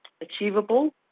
achievable